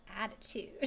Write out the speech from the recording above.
Attitude